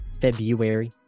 February